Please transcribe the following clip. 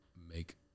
make